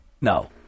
No